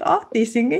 o teisingai